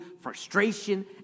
frustration